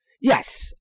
Yes